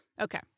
okay